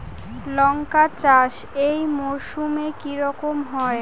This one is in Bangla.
লঙ্কা চাষ এই মরসুমে কি রকম হয়?